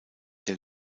der